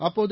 அப்போது